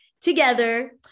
together